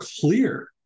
clear